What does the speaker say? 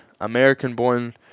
American-born